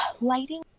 lighting